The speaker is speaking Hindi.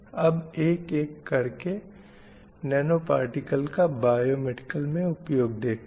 अब एक एक कर के नैनो पार्टिकल का बायो मेडिकल में उपयोग देखते हैं